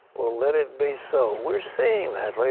well, let it be so. we're seeing that,